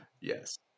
Yes